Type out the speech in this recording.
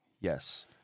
Yes